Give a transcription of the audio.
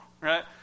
right